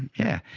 yeah.